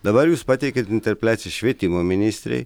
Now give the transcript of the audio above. dabar jūs pateikėt interpeliaciją švietimo ministrei